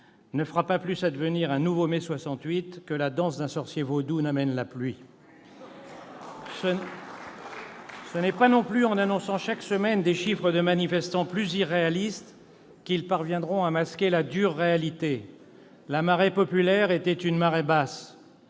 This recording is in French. ne fera pas plus advenir un nouveau Mai 68 que la danse d'un sorcier vaudou n'amène la pluie. Ce n'est pas non plus en annonçant chaque semaine des chiffres concernant le nombre de manifestants plus irréalistes que ces jusqu'au-boutistes parviendront à masquer la dure réalité : la marée populaire était une marée basse.